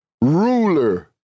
ruler